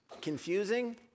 confusing